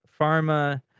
pharma